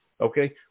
okay